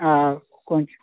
కొంచం